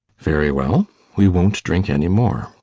very well we won't drink any more.